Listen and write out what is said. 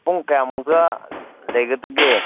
ꯄꯨꯡ ꯀꯌꯥꯃꯨꯛꯇ ꯂꯩꯒꯗꯒꯦ